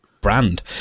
brand